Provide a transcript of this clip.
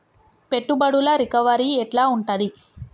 పెట్టుబడుల రికవరీ ఎట్ల ఉంటది?